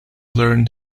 learns